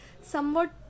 somewhat